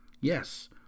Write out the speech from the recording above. Yes